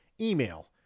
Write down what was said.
email